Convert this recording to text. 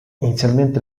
inizialmente